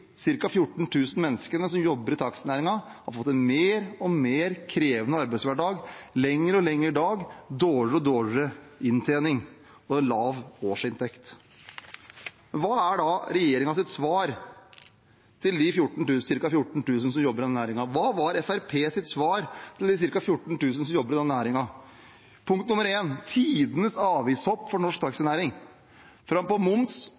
menneskene som jobber i taxinæringen, har fått en mer og mer krevende arbeidshverdag, lengre og lengre dager, dårligere og dårligere inntjening og en lav årsinntekt. Hva er regjeringens svar til de ca. 14 000 som jobber i denne næringen? Hva var Fremskrittspartiets svar til de ca. 14 000? Jo, det var tidenes avgiftshopp for norsk taxinæring. Momsen økte fra 8 pst. til 12 pst. – altså en